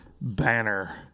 banner